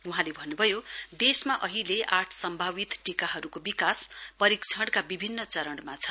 वहाँले भन्न्भयो देशमा अहिले आठ सम्भावित टीकाहरूको विकास परीक्षणका विभिन्न चरणमा छन्